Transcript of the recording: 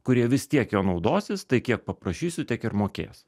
kurie vis tiek juo naudosis tai kiek paprašysiu tiek ir mokės